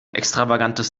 extravagantes